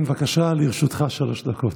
בבקשה, לרשותך שלוש דקות.